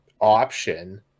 option